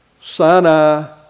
Sinai